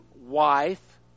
wife